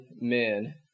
men